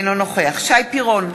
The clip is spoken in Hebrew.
אינו נוכח שי פירון,